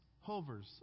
Hovers